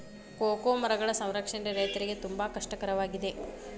cocoa ಮರಗಳ ಸಂರಕ್ಷಣೆ ರೈತರಿಗೆ ತುಂಬಾ ಕಷ್ಟ ಕರವಾಗಿದೆ